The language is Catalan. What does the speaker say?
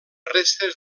restes